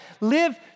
Live